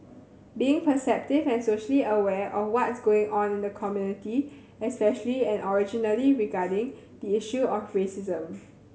being perceptive and socially aware of what's going on in the community especially and originally regarding the issue of racism